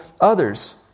others